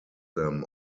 them